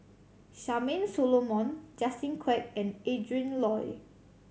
Charmaine Solomon Justin Quek and Adrin Loi